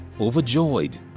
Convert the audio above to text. Overjoyed